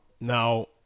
Now